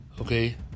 Okay